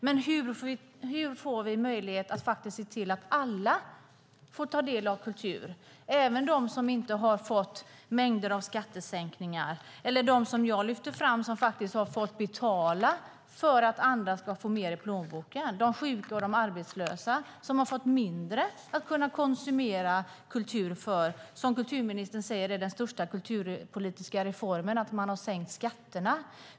Men hur får vi möjlighet att se till att alla får ta del av kultur, även de som inte har fått mängder med skattesänkningar eller de som jag lyfte fram, som faktiskt har fått betala för att andra ska få mer i plånboken? Det är de sjuka och de arbetslösa som har fått mindre att kunna konsumera kultur för när kulturministern säger att den största kulturpolitiska reformen är att man har sänkt skatterna.